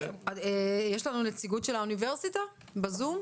יש לנו נציגות של האוניברסיטה בזום?